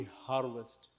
harvest